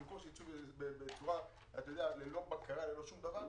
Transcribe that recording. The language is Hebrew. במקום שייסעו בצורה ללא בקרה וללא שום דבר,